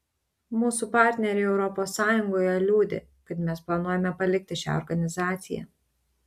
mūsų partneriai europos sąjungoje liūdi kad mes planuojame palikti šią organizaciją